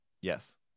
Yes